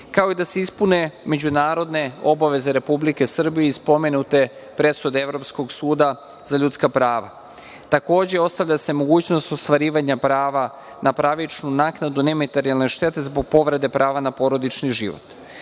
kao i da se ispune međunarodne obaveze Republike Srbije i spomenute presude Evropskog suda za ljudska prava. Takođe, ostavlja se mogućnost ostvarivanja prava na pravičnu naknadu nematerijalne štete zbog povrede prava na porodični